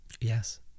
Yes